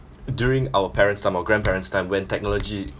during our parents' time our grandparents' time when technology